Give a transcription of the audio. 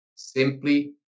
Simply